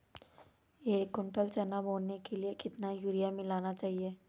एक कुंटल चना बोने के लिए कितना यूरिया मिलाना चाहिये?